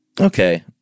Okay